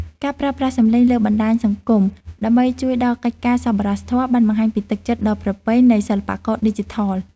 ការប្រើប្រាស់សំឡេងលើបណ្តាញសង្គម ដើម្បីជួយដល់កិច្ចការសប្បុរសធម៌បានបង្ហាញពីទឹកចិត្តដ៏ប្រពៃនៃសិល្បករឌីជីថល។